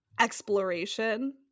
exploration